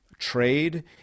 Trade